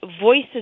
voices